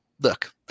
Look